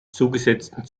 zugesetzten